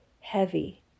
Heavy